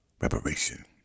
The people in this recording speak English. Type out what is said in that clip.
reparation